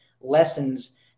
lessons